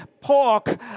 pork